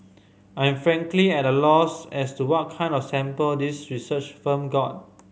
I am frankly at a loss as to what kind of sample this research firm got